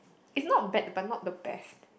it's not bad but not the best